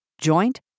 joint